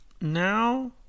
now